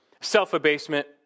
self-abasement